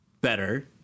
better